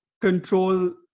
control